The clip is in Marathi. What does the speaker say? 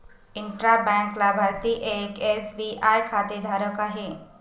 इंट्रा बँक लाभार्थी एक एस.बी.आय खातेधारक आहे